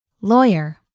Lawyer